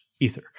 Ether